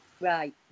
Right